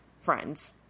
friends